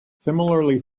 similarly